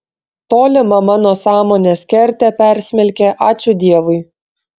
tolimą mano sąmonės kertę persmelkė ačiū dievui